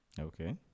Okay